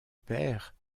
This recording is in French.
père